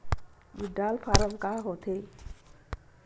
Withdrawal form का होथे?